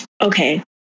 Okay